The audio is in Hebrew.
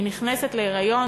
היא נכנסת להיריון,